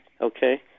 okay